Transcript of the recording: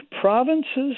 Provinces